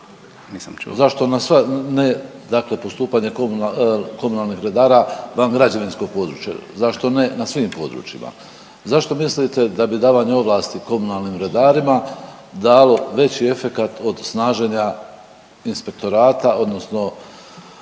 dakle postupanje komunalnih redara van građevinskog područja, zašto ne na svim područjima? Zašto mislite da bi davanje ovlasti komunalnim redarima dalo veći efekat od snaženja Inspektorata odnosno